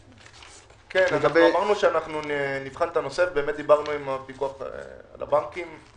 אמרנו שנבחן את הנושא ודיברנו עם הפיקוח על הבנקים.